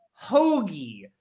Hoagie